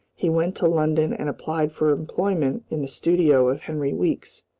he went to london and applied for employment in the studio of henry weekes.